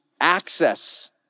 access